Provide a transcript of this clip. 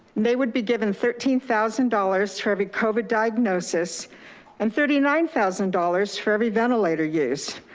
they would be given thirteen thousand dollars for every covid diagnosis and thirty nine thousand dollars for every ventilator use.